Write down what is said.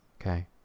okay